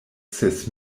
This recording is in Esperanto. ses